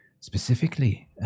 Specifically